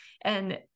And-